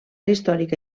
històrica